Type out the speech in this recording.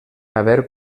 haver